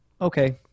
Okay